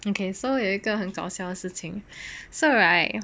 okay so 有一个很搞笑的事情 so right